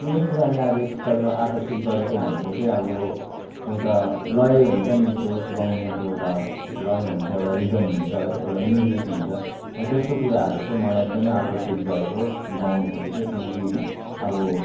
कुनै कुराले अब यसतर्फ आकर्षित गरेको भनेको चाहिँ अब एउटा लय हुन्छ नि त्यो गाउनेको एउटा लय हुन्छ एउटा रिदम हुन्छ है एउटा म्युजिक हुन्छ र त्यस्तो कुराहरूले चाहिँ मलाई एकदमै आकर्षित गरेको गाउनुपट्टि चाहिँ किनकि अब